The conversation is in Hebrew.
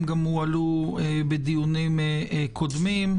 הם גם הועלו בדיונים קודמים.